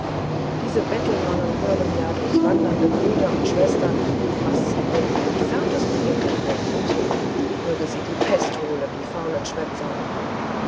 diese bettelnonnen hören ja durch wandernde brüder und schwestern was in dem entferntesten winkel vorgeht möge sie die pest holen die faulen schwätzer